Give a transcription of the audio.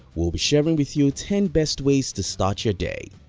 we'll be sharing with you ten best ways to start your day.